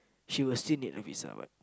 she will still need a visa what